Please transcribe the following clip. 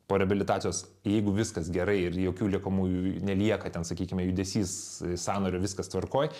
po reabilitacijos jeigu viskas gerai ir jokių liekamųjų nelieka ten sakykime judesys sąnario viskas tvarkoj